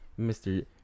Mr